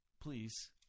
Please